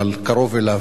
אבל קרוב אליו,